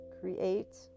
create